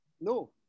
No